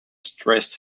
stress